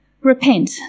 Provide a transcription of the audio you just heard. Repent